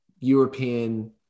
european